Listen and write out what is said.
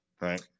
right